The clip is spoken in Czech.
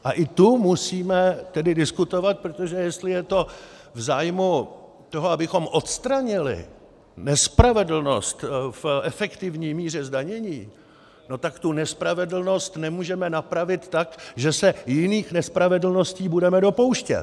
A i tu musíme tedy diskutovat, protože jestli je to v zájmu toho, abychom odstranili nespravedlnost v efektivní míře zdanění, tak tu nespravedlnost nemůžeme napravit tak, že se jiných nespravedlností budeme dopouštět.